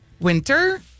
winter